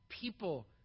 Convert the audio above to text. People